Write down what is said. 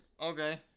Okay